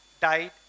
died